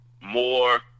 more